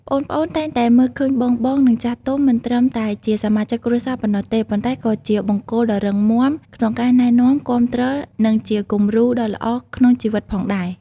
ប្អូនៗតែងតែមើលឃើញបងៗ និងចាស់ទុំ មិនត្រឹមតែជាសមាជិកគ្រួសារប៉ុណ្ណោះទេ ប៉ុន្តែក៏ជា បង្គោលដ៏រឹងមាំ ក្នុងការណែនាំ គាំទ្រ និងជាគំរូដ៏ល្អក្នុងជីវិតផងដែរ។